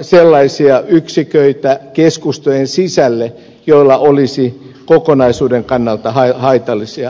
sellaisia yksiköitä keskustojen sisälle joilla olisi kokonaisuuden kannalta haitallisia vaikutuksia